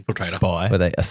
spy